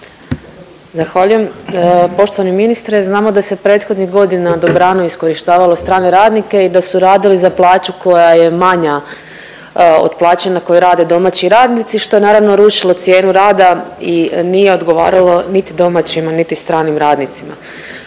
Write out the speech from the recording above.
Zahvaljujem. Poštovani ministre, znamo da se prethodnih godina dobrano iskorištavalo strane radnike i da su radili za plaću koja je manja od plaće na kojoj rade domaći radnici što naravno rušilo cijenu rada i nije odgovaralo niti domaćima niti stranim radnicima.